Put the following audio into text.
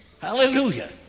Hallelujah